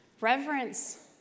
Reverence